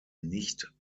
nicht